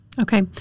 Okay